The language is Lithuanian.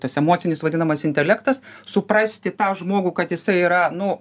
tas emocinis vadinamas intelektas suprasti tą žmogų kad jisai yra nu